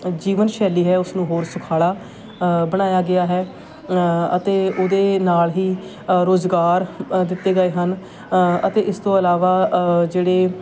ਜੀਵਨਸ਼ੈਲੀ ਹੈ ਉਸਨੂੰ ਹੋਰ ਸੁਖਾਲਾ ਬਣਾਇਆ ਗਿਆ ਹੈ ਅਤੇ ਉਹਦੇ ਨਾਲ ਹੀ ਰੁਜ਼ਗਾਰ ਅ ਦਿੱਤੇ ਗਏ ਹਨ ਅਤੇ ਇਸ ਤੋਂ ਇਲਾਵਾ ਜਿਹੜੇ